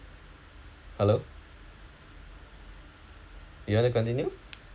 hello you want to continue